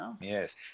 Yes